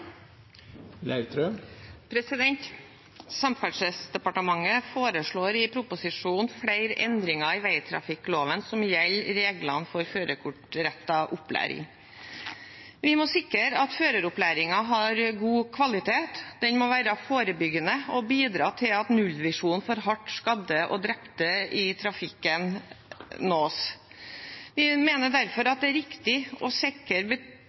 Samferdselsdepartementet foreslår i proposisjonen flere endringer i veitrafikkloven som gjelder reglene for førerkortrettet opplæring. Vi må sikre at føreropplæringen har god kvalitet. Den må være forebyggende og bidra til at nullvisjonen for hardt skadde og drepte i trafikken nås. Vi mener derfor at det er riktig å sikre